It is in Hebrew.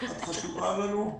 את חשובה לנו.